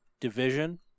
division